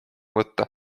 võtta